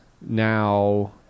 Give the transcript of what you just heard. Now